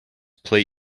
play